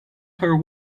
her